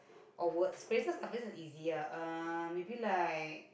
or words phrases ah phrases easier um maybe like